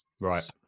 Right